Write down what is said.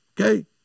okay